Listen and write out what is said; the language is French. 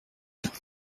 donne